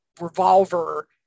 Revolver